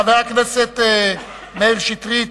חבר הכנסת מאיר שטרית,